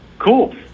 cool